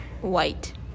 White